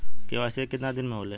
KYC कितना दिन में होले?